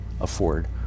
afford